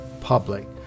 public